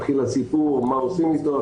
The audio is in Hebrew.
מתחיל הסיפור של מה עושים איתו,